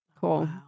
Cool